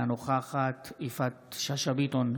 אינה נוכחת יפעת שאשא ביטון,